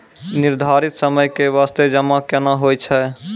निर्धारित समय के बास्ते जमा केना होय छै?